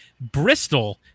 Bristol